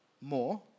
more